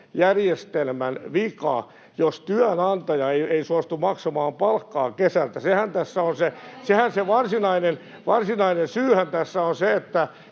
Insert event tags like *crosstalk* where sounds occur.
vika, jos työnantaja ei suostu maksamaan palkkaa kesältä. *noise* Se varsinainen syyhän tässä on se, että